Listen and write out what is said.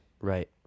right